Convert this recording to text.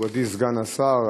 מכובדי סגן השר,